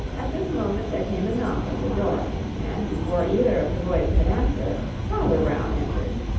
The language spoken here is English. at this moment there came a knock at the door and before either of the boys could answer father brown entered.